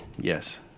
yes